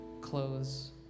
clothes